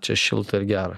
čia šilta ir gera